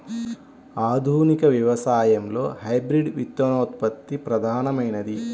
ఆధునిక వ్యవసాయంలో హైబ్రిడ్ విత్తనోత్పత్తి ప్రధానమైనది